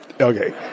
Okay